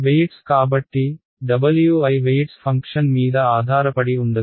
weights కాబట్టి Wi weights function మీద ఆధారపడి ఉండదు